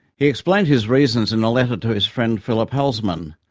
he explained his reasons in a letter to his friend philippe halsmann,